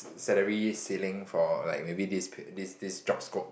salary ceiling for like maybe this this this job scope